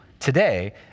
Today